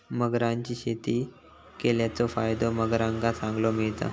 मगरांची शेती केल्याचो फायदो मगरांका चांगलो मिळता